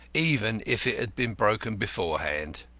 even if it had been broken beforehand.